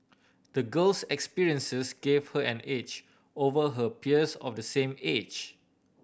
the girl's experiences gave her an edge over her peers of the same age